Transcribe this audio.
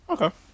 Okay